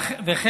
84(ב)